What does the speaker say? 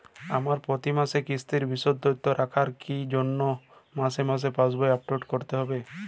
আমার প্রতি মাসের কিস্তির বিশদ তথ্য রাখার জন্য কি মাসে মাসে পাসবুক আপডেট করতে হবে?